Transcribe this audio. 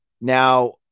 Now